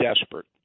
desperate